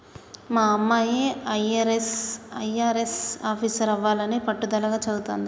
మా అమ్మాయి అయ్యారెస్ ఆఫీసరవ్వాలని పట్టుదలగా చదవతాంది